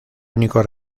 único